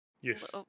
Yes